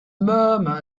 murmur